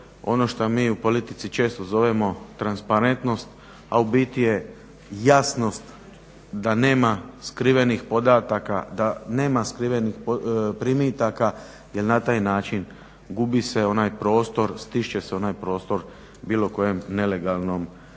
ono što mi u politici često zovemo transparentnost, a u biti je jasno da nema skrivenih podataka, da nema skrivenih primitaka jer na taj način gubi se onaj prostor, stišće se onaj prostor bilo kojem nelegalnom i